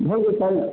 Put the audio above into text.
ଭଲ୍ସେ